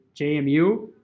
JMU